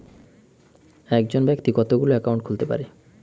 একজন ব্যাক্তি কতগুলো অ্যাকাউন্ট খুলতে পারে?